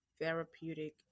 therapeutic